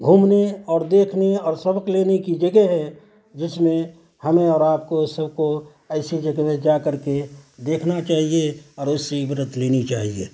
گھومنے اور دیکھنے اور سبق لینے کی جگہ ہیں جس میں ہمیں اور آپ کو سب کو ایسی جگہ میں جا کر کے دیکھنا چاہیے اور اس سے عبرت لینی چاہیے